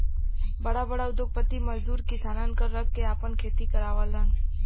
बड़ा बड़ा उद्योगपति मजदूर किसानन क रख के आपन खेती करावलन